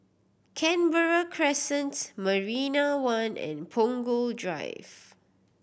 Canberra Crescent Marina One and Punggol Drive